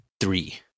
three